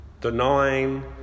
denying